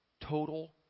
total